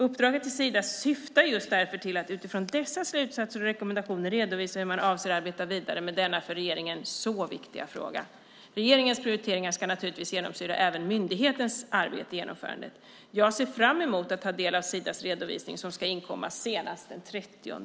Uppdraget till Sida syftar just därför till att utifrån dessa slutsatser och rekommendationer redovisa hur man avser arbeta vidare med denna för regeringen så viktiga fråga. Regeringens prioriteringar ska naturligtvis genomsyra även myndighetens arbete i genomförandet. Jag ser fram emot att ta del av Sidas redovisning som ska inkomma senast den 30 juni.